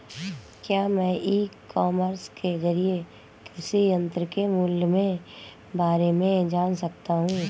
क्या मैं e commerce के ज़रिए कृषि यंत्र के मूल्य में बारे में जान सकता हूँ?